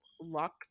lock